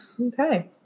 okay